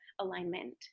alignment